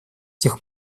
тех